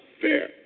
fair